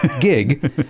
gig